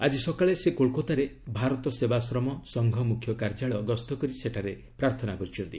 ଆଜି ସକାଳେ ସେ କୋଲକତାରେ ଭାରତ ସେବାଶ୍ରମ ସଂଘ ମୁଖ୍ୟ କାର୍ଯ୍ୟାଳୟ ଗସ୍ତ କରି ସେଠାରେ ପ୍ରାର୍ଥନା କରିଛନ୍ତି